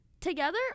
together